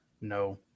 No